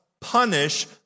punish